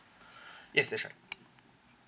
yes that's right